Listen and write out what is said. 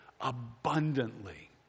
abundantly